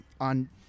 on